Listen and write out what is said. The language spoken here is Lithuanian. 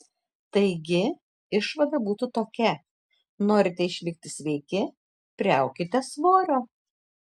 taigi išvada būtų tokia norite išlikti sveiki priaukite svorio